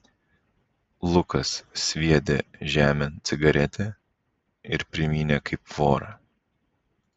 lukas sviedė žemėn cigaretę ir primynė kaip vorą